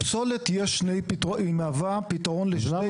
לפסולת היא מהווה פתרון לשתי פרמטרים